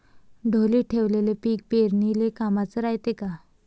ढोलीत ठेवलेलं पीक पेरनीले कामाचं रायते का?